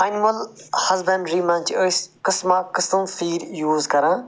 animal ہَزبنٛڈری مَنٛز چھِ أسۍ قٕسمَہ قٕسم فیٖڈ یوٗز کران